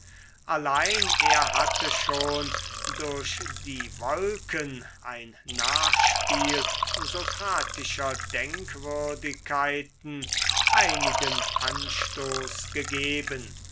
allein er hatte schon durch die wolken ein nachspiel sokratischer denkwürdigkeiten einigen anstoß gegeben